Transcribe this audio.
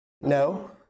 No